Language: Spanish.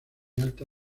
alta